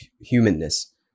humanness